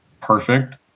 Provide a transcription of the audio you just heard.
perfect